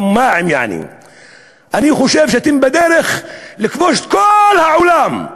אני חושב שאתם בדרך לכבוש את כל העולם,